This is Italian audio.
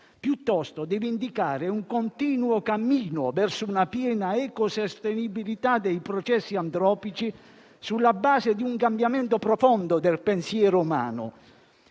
piuttosto, deve indicare un continuo cammino verso una piena ecosostenibilità dei processi antropici, sulla base di un cambiamento profondo del pensiero umano.